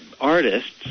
artists